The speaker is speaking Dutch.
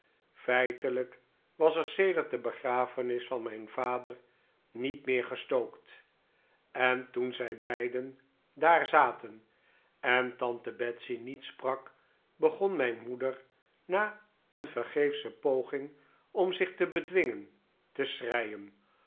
feitelijk was er sedert de begrafenis van mijn vader niet meer gestookt en toen zij beiden daar zaten en tante betsey niet sprak begon mijn moeder na een vergeefsche poging om zich te bedwingen te